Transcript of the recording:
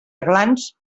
aglans